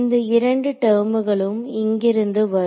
இந்த இரண்டு டெர்ம்களும் இங்கிருந்து வரும்